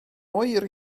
oer